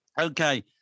Okay